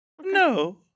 No